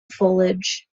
foliage